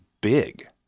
big